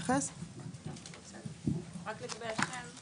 לגבי השם,